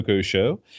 Show